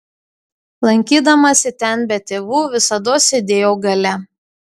lankydamasi ten be tėvų visados sėdėjau gale